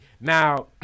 Now